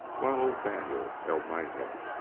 while old daniel held my head